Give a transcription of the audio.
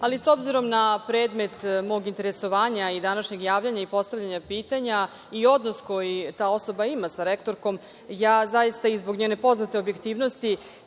ali s obzirom na predmet mog interesovanja, današnjeg javljanja, postavljanja pitanja i odnos koji ta osoba ima sa rektorkom i zbog njene poznate objektivnosti